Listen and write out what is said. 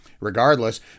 Regardless